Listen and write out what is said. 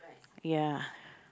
ya